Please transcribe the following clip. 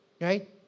right